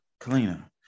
Kalina